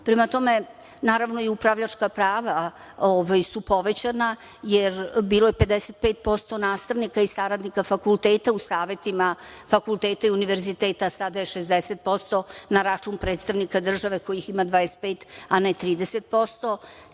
prema tome, naravno, i upravljačka prava su povećana, jer bilo je 55% nastavnika i saradnika fakulteta u savetima fakulteta i univerziteta, a sada je 60% na račun predstavnika države, kojih ima 25, a ne 30%.Tako